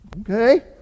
okay